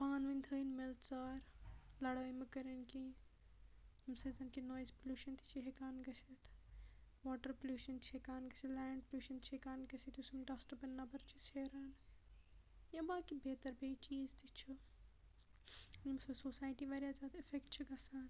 پانہٕ ؤنۍ تھٲیِن مِلژار لَڑٲے مہٕ کٔرِنۍ کیٚنٛہہ ییٚمہِ سۭتۍ زن کہِ نۄیِز پوٚلوشِن تہِ چھُ ہیٚکان گٔژِتھ واٹَر پوٚلوشِن چھُ ہیٚکان گٔژِتھ لیٚنڑ پوٚلوشِن چھُ ہیٚکان گٔژِتھ یُس یِم ڈَسٹہٕ بِن نیٚبَر چھِ شیران یا باقٕے بیتَر بیٚیہِ چیٖز تہِ چھِ ییٚمہِ سۭتۍ سوسایٹی واریاہ زیادٕ اَفیٚکٹ چھِ گَژھان